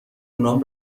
اونام